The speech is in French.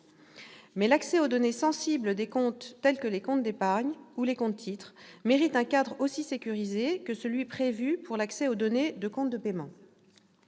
Mais l'accès aux données sensibles des comptes tels que les comptes d'épargne ou les comptes titres mérite un cadre aussi sécurisé que celui qui est prévu pour l'accès aux données de comptes de paiement.